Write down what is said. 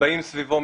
שבאים סביבו,